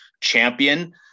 champion